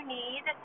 need